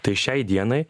tai šiai dienai